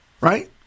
right